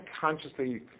consciously